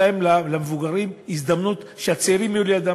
למבוגרים הזדמנות שהצעירים יהיו לידם.